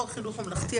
בחוק חינוך ממלכתי,